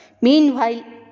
Meanwhile